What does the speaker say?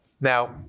Now